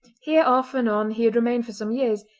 here off and on he had remained for some years,